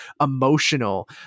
emotional